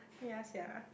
ya sia